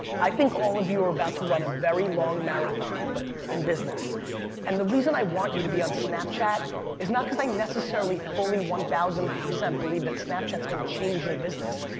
i think all of you are about to run a very long marathon in business and the reason i want you to be on snapchat is not because i necessarily fully, one thousand believe that snapchat's gonna change your business.